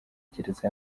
gereza